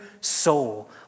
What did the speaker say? soul